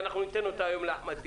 ואנחנו ניתן אותה היום לאחמד טיבי,